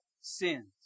sins